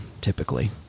typically